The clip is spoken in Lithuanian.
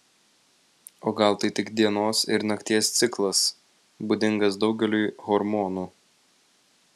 o gal tai tik dienos ir nakties ciklas būdingas daugeliui hormonų